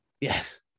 yes